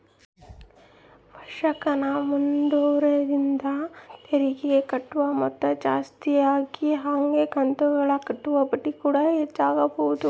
ವರ್ಷಾಶನ ಮಾಡೊದ್ರಿಂದ ತೆರಿಗೆಗೆ ಕಟ್ಟೊ ಮೊತ್ತ ಜಾಸ್ತಗಿ ಹಂಗೆ ಕಂತುಗುಳಗ ಕಟ್ಟೊ ಬಡ್ಡಿಕೂಡ ಹೆಚ್ಚಾಗಬೊದು